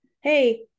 hey